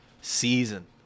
season